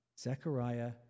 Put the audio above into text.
Zechariah